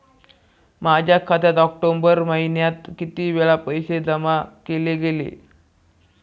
माझ्या खात्यात ऑक्टोबर महिन्यात किती वेळा पैसे जमा केले गेले?